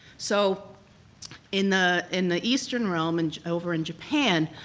so in the in the eastern realm and over in japan,